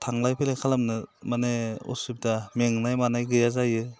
थांलाय फैलाय खालामनो माने उसुबिदा मेंनाय मानाय गैया जायो